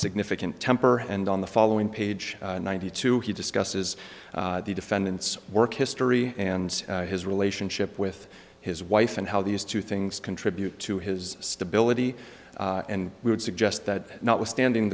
significant temper and on the following page ninety two he discusses the defendant's work history and his relationship with his wife and how these two things contribute to his stability and we would suggest that notwithstanding